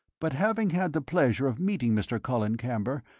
but having had the pleasure of meeting mr. colin camber,